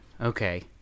Okay